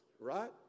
right